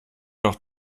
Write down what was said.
doch